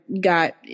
got